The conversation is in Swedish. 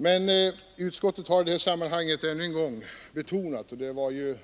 Men utskottet har i detta sammanhang än en gång betonat — och den saken